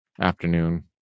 afternoon